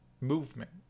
movement